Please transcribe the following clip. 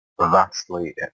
vastly